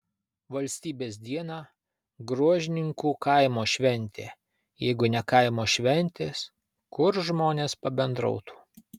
valstybės dieną gruožninkų kaimo šventė jeigu ne kaimo šventės kur žmonės pabendrautų